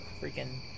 freaking